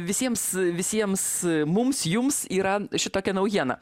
visiems visiems mums jums yra šitokia naujiena